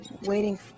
waiting